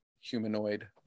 humanoid